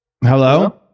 Hello